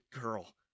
girl